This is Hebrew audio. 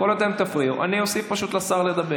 כל עוד אתם תפריעו, אני פשוט אוסיף לשר לדבר.